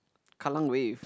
kallang Wave